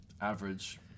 Average